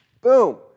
Boom